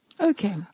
Okay